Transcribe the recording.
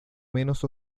menos